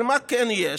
אבל מה כן יש?